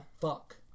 Fuck